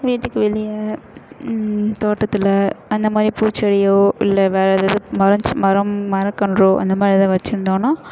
வீட்டுக்கு வெளியே தோட்டத்தில் அந்தமாதிரி பூச்செடியோ இல்லை வேறு ஏதாவது மரம் செ மரம் மரக்கன்றோ அந்தமாதிரி ஏதா வச்சுருந்தோனா